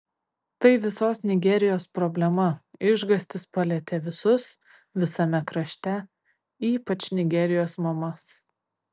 tai visos nigerijos problema išgąstis palietė visus visame krašte ypač nigerijos mamas